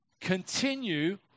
continue